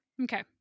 Okay